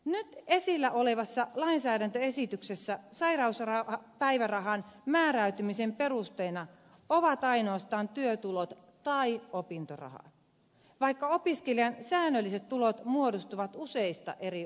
nyt esillä olevassa lainsäädäntöesityksessä sairauspäivärahan määräytymisen perusteena ovat ainoastaan työtulot tai opintoraha vaikka opiskelijan säännölliset tulot muodostuvat useista eri osista